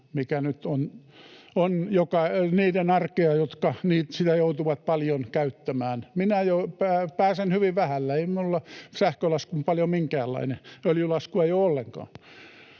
mikä nyt on arkea niille, jotka sitä joutuvat paljon käyttämään. Minä pääsen hyvin vähällä, ei minulla sähkölasku ole paljon minkäänlainen, öljylaskua ei ole ollenkaan,